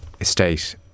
estate